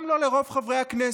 גם לא לרוב חברי הכנסת,